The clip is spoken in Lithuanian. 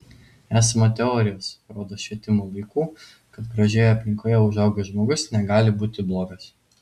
esama teorijos rodos švietimo laikų kad gražioje aplinkoje užaugęs žmogus negali būti blogas